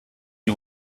you